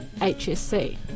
HSC